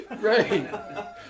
Right